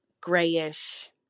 grayish